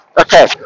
Okay